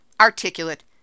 articulate